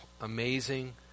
Amazing